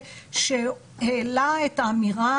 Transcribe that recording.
שהעלה את האמירה,